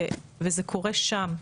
וזה קורה שם.